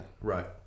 Right